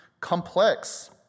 complex